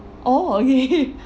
orh okay